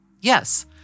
Yes